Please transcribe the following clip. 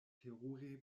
terure